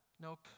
nope